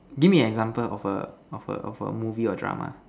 give me an example of a of a of a movie or drama